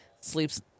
sleeps